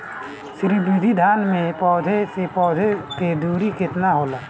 श्री विधि धान में पौधे से पौधे के दुरी केतना होला?